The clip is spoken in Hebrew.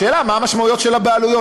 השאלה מה המשמעויות שלה בעלויות.